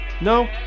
No